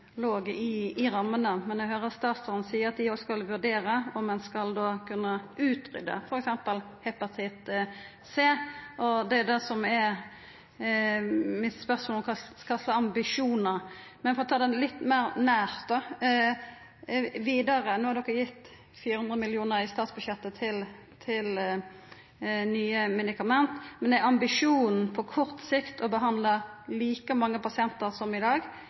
låg i rammene, men eg høyrer statsråden seia at ein skal vurdera om ein skal kunna utrydda f.eks. hepatitt C. Då er spørsmålet mitt: Kva slags ambisjonar har ein? For å ta det litt nærare: No har ein løyvd 400 mill. kr i statsbudsjettet til nye medikament, men er ambisjonen på kort sikt å behandla like mange pasientar som i dag